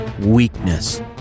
Weakness